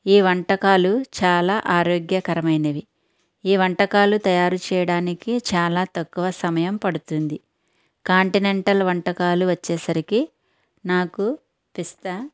ఈ వంటకాలు చాలా ఆరోగ్యకరమైనవి ఈ వంటకాలు తయారు చేయడానికి చాలా తక్కువ సమయం పడుతుంది కాంటినెంటల్ వంటకాలు వచ్చేసరికి నాకు పిస్తా